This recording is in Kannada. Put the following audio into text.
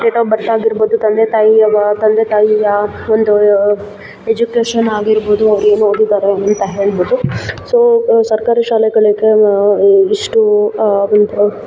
ಡೇಟ್ ಆಪ್ ಬರ್ತ್ ಆಗಿರ್ಬೋದು ತಂದೆ ತಾಯಿಯ ತಂದೆ ತಾಯಿಯ ಒಂದು ಎಜುಕೇಷನ್ ಆಗಿರ್ಬೋದು ಅವ್ರು ಏನು ಓದಿದ್ದಾರೆ ಅಂತ ಹೇಳಿಬಿಟ್ಟು ಸೊ ಸರ್ಕಾರಿ ಶಾಲೆಗಳಿಗೆ ನಾವು ಇಷ್ಟೂ ಅಂತ